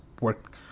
work